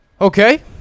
Okay